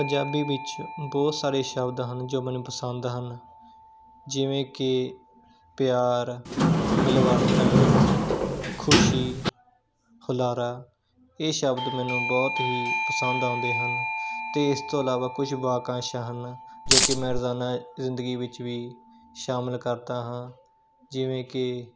ਪੰਜਾਬੀ ਵਿੱਚ ਬਹੁਤ ਸਾਰੇ ਸ਼ਬਦ ਹਨ ਜੋ ਮੈਨੂੰ ਪਸੰਦ ਹਨ ਜਿਵੇਂ ਕਿ ਪਿਆਰ ਮਿਲਵਰਤਨ ਖੁਸ਼ੀ ਹੁਲਾਰਾ ਇਹ ਸ਼ਬਦ ਮੈਨੂੰ ਬਹੁਤ ਹੀ ਪਸੰਦ ਆਉਂਦੇ ਹਨ ਅਤੇ ਇਸ ਤੋਂ ਇਲਾਵਾ ਕੁਛ ਵਾਕੰਸ਼ ਹਨ ਜੋ ਕਿ ਮੈਂ ਰੋਜ਼ਾਨਾ ਜ਼ਿੰਦਗੀ ਵਿੱਚ ਵੀ ਸ਼ਾਮਿਲ ਕਰਦਾ ਹਾਂ ਜਿਵੇਂ ਕਿ